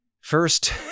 First